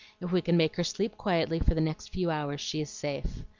if we can make her sleep quietly for the next few hours she is safe.